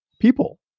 people